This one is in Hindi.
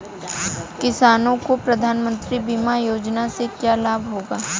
किसानों को प्रधानमंत्री बीमा योजना से क्या लाभ होगा?